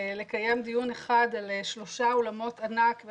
לקיים דיון אחד על שלושה אולמות ענק,